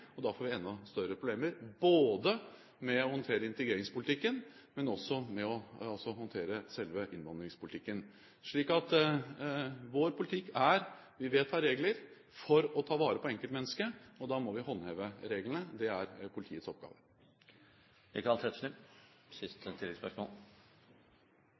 og da får vi enda større problemer, både med å håndtere integreringspolitikken og også med å håndtere selve innvandringspolitikken. Vår politikk er at vi vedtar regler for å ta vare på enkeltmennesket, og da må vi håndheve reglene. Det er politiets oppgave. Michael Tetzschner